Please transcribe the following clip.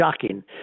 shocking